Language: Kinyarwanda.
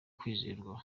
kwizerwa